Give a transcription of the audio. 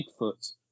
Bigfoot